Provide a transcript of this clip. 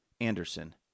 Anderson